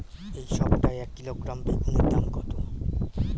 এই সপ্তাহে এক কিলোগ্রাম বেগুন এর দাম কত?